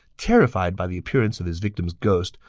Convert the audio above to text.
terrified by the appearance of his victim's ghost,